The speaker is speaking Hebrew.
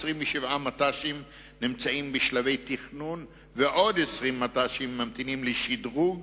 27 מט"שים נמצאים בשלבי תכנון ועוד 20 מט"שים ממתינים לשדרוג